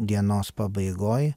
dienos pabaigoj